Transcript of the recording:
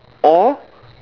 or